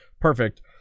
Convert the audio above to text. Perfect